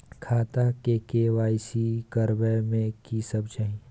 खाता के के.वाई.सी करबै में की सब चाही?